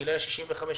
בגלל ארבעה ימים?